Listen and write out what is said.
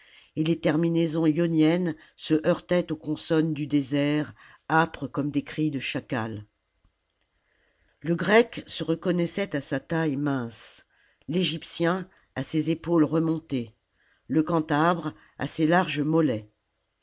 et les terminaisons ioniennes se heurtaient aux consonnes du désert âpres comme des cris de chacal le grec se reconnaissait à sa taille mince l'egyptien à ses épaules remontées le cantabre à ses larges mollets